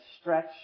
stretch